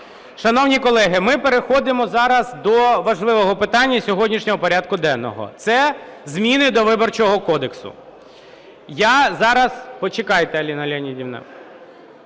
Шановні колеги, ми переходимо зараз до важливого питання сьогоднішнього порядку денного – це зміни до Виборчого кодексу. Я зараз… Почекайте, Аліно Леонідівно.